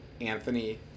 Anthony